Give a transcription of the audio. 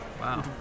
Wow